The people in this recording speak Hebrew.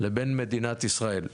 לבין מדינת ישראל.